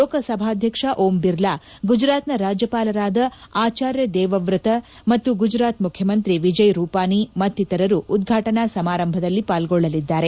ಲೋಕಸಭಾ ಅಧ್ಯಕ್ಷ ಓಂ ಬಿರ್ಲಾ ಗುಜರಾತ್ನ ರಾಜ್ಯಪಾಲರಾದ ಆಚಾರ್ಯದೇವವ್ರತ ಮತ್ತು ಗುಜರಾತ್ ಮುಖ್ಯಮಂತ್ರಿ ವಿಜಯ್ ರೂಪಾನಿ ಮತ್ತಿತರರು ಉದ್ಘಾಟನಾ ಸಮಾರಂಭದಲ್ಲಿ ಪಾಲ್ಗೊಳ್ಳಲಿದ್ದಾರೆ